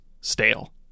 stale